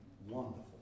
wonderful